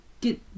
get